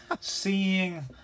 seeing